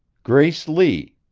grace lee.